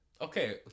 Okay